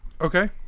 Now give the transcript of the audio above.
Okay